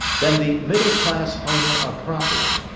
than the middle-class owner of property.